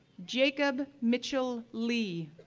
jacob mitchell ly,